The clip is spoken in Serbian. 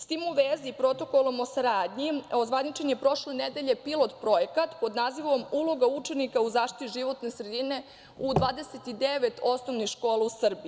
S tim u vezi i Protokolom o saradnji ozvaničen je prošle nedelje pilot-projekat pod nazivom „Uloga učenika u zaštiti životne sredine“ u 29 osnovnih škola u Srbiji.